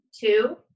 two